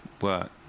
work